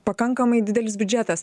pakankamai didelis biudžetas